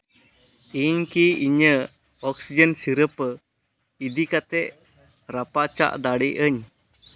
ᱤᱧ ᱠᱤ ᱤᱧᱟᱹᱜ ᱚᱠᱥᱤᱡᱮᱱ ᱥᱤᱨᱟᱹᱯᱟᱹ ᱤᱫᱤ ᱠᱟᱛᱮ ᱨᱟᱯᱟᱪᱟᱜ ᱫᱟᱲᱮᱭᱟᱜ ᱟᱹᱧ